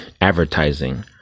advertising